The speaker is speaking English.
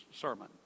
sermon